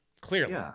clearly